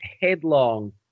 headlong –